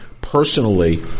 personally